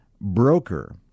broker